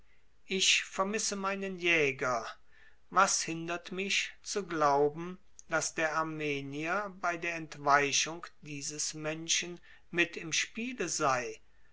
ich vermisse meinen jäger was hindert mich zu glauben daß der armenier bei der entweichung dieses menschen mit im spiele sei